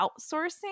outsourcing